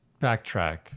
backtrack